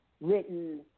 written